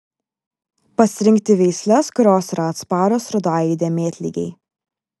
pasirinkti veisles kurios yra atsparios rudajai dėmėtligei